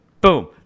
Boom